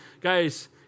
guys